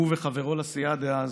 הוא וחברו לסיעה דאז